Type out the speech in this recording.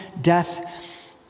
death